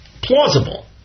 plausible